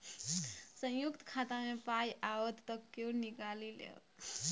संयुक्त खाता मे पाय आओत त कियो निकालि लेब